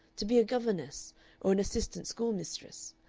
to be a governess or an assistant schoolmistress,